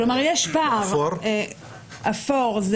אפור זה